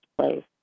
place